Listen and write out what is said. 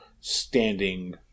standing